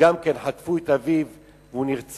שגם כן, חטפו את אביו, והוא נרצח.